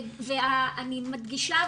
אני מדגישה,